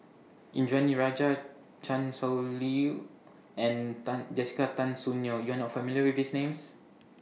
Indranee Rajah Chan Sow Lin and Tan Jessica Tan Soon Neo YOU Are not familiar with These Names